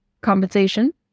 compensation